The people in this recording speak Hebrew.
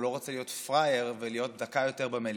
והוא לא רוצה להיות פראייר ולהיות דקה יותר במליאה.